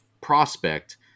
prospect